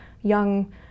young